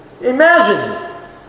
imagine